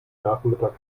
nachmittag